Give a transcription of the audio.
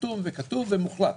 חתום וכתוב ומוחלט.